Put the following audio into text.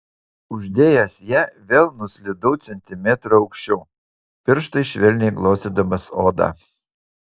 uždėjęs ją vėl nuslydau centimetru aukščiau pirštais švelniai glostydamas odą